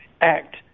act